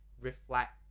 reflect